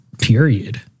period